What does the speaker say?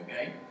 okay